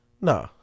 Nah